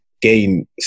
gain